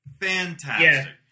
Fantastic